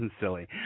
Silly